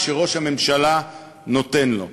כשראש הממשלה נותן לו.